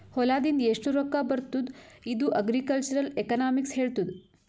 ಹೊಲಾದಿಂದ್ ಎಷ್ಟು ರೊಕ್ಕಾ ಬರ್ತುದ್ ಇದು ಅಗ್ರಿಕಲ್ಚರಲ್ ಎಕನಾಮಿಕ್ಸ್ ಹೆಳ್ತುದ್